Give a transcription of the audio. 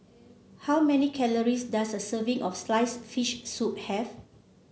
how many calories does a serving of sliced fish soup have